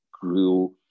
grew